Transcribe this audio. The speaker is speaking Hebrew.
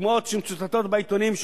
אלא דוגמאות שמצוטטות בעיתונים,